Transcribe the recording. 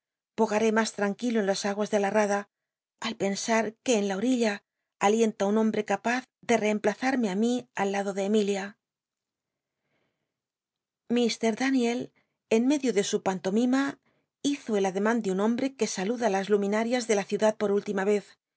bogaré mas hanquilo en las aguas ele la rada al pensar que en la orilla alienta un hombre capaz de reemplazarme á mi al lado de l mil i a jlll daniel en medio de su panlomima hi zo el adcman de un hombre que saluda las luminal'ias de la ciudad por última yez